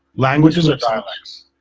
languages or dialects?